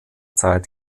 zeit